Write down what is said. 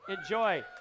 enjoy